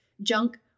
junk